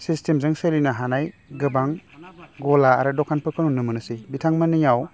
सिस्टेमजों सोलिनो हानाय गोबां गला आरो दखानफोरखौ नुनो मोनोसै बिथांमोनिआव